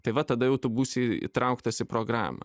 tai va tada jau tu būsi įtrauktas į programą